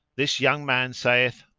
this young man saith,